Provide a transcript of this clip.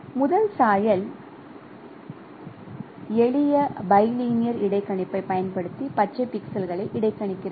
முதல் சாயல் எளிய பைலைனியர் இடைக்கணிப்பைப் பயன்படுத்தி பச்சை பிக்சல்களை இடைக்கணிக்கிறது